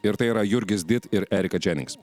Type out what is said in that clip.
ir tai yra jurgis did ir erika dženinks